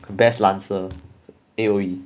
best lancer A_O_E